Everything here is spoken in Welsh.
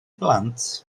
blant